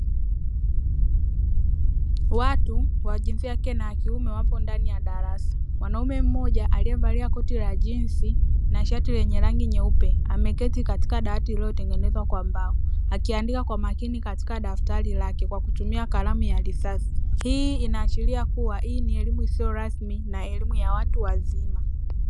Watu wa jinsia ya kike na kiume wapo ndani ya darasa, mwanaume mmoja aliyevalia koti la jinsi na shati lenye rangi nyeupe ameketi katika dawati iliyotengenezwa kwa mbao akiandika kwa makini katika daftari lake kwa kutumia kalamu ya risasi, hii inaashiria kuwa hii ni elimu isiyo rasmi na elimu ya watu wazima.